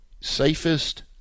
safest